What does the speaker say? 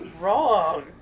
wrong